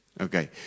Okay